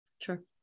Sure